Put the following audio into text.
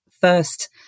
first